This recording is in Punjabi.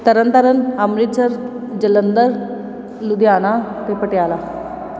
ਤਰਨਤਾਰਨ ਅੰਮ੍ਰਿਤਸਰ ਜਲੰਧਰ ਲੁਧਿਆਣਾ ਅਤੇ ਪਟਿਆਲਾ